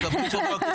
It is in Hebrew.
הוא נאום מחריד.